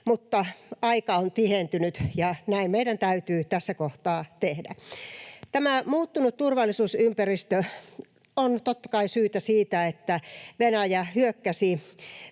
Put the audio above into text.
mutta aika on tihentynyt, ja näin meidän täytyy tässä kohtaa tehdä. Tämä muuttunut turvallisuusympäristö on totta kai seurausta siitä, että Venäjä hyökkäsi